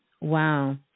Wow